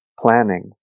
planning